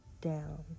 down